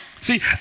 See